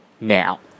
now